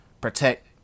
protect